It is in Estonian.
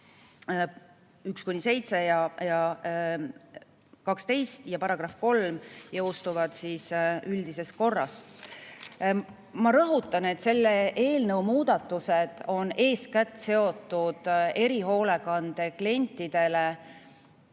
1–7 ja 12 ning § 3 jõustuvad üldises korras. Ma rõhutan, et selle eelnõu muudatused on eeskätt seotud erihoolekande klientidele